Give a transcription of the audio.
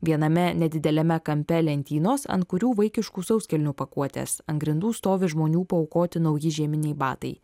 viename nedideliame kampe lentynos ant kurių vaikiškų sauskelnių pakuotės ant grindų stovi žmonių paaukoti nauji žieminiai batai